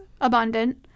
abundant